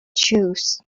choose